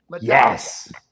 yes